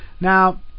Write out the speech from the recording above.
Now